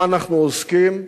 בה אנחנו עוסקים,